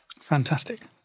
Fantastic